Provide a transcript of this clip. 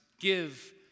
Give